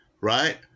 Right